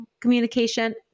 communication